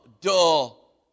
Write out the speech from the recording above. dull